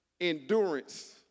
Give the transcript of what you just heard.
endurance